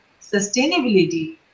sustainability